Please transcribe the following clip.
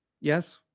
yes